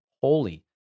holy